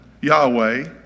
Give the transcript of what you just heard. Yahweh